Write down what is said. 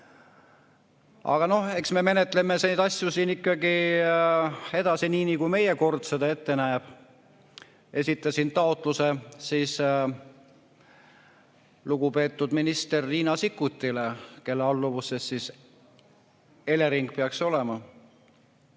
Aga noh, eks me menetleme neid asju ikkagi edasi, nii nagu meie kord ette näeb. Esitasin taotluse lugupeetud minister Riina Sikkutile, kelle alluvuses Elering peaks olema.